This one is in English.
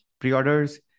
pre-orders